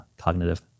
cognitive